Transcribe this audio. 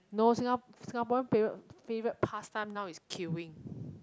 no singa~ singaporean favourite favourite past time now is queuing